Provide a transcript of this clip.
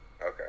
Okay